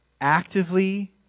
actively